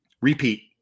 repeat